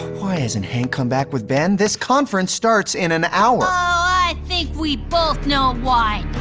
why hasn't hank come back with ben? this conference starts in an hour. oh i think we both know why.